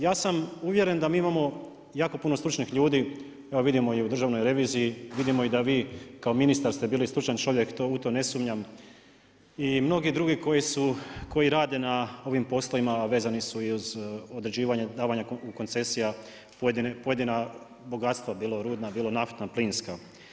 Ja sam uvjeren da mi imamo jako puno stručnih ljudi, evo vidimo i u Državnoj reviziji, vidimo da i vi kao ministar ste bili stručan čovjek, u to ne sumnjam i mnogi drugi koji rade na ovim poslovima, a vezani su i uz određivanje, davanje koncesija, pojedina bogatstva, bilo rudna, bilo naftna, plinska.